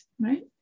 right